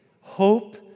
hope